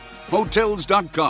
Hotels.com